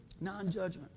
Non-judgment